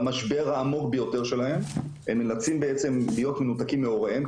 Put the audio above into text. במשבר העמוק ביותר שלהם הם נאלצים בעצם להיות מנותקים מהוריהם,